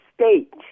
state